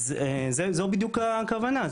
אז זו בדיוק הכוונה,